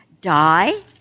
die